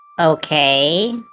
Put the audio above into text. Okay